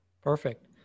Perfect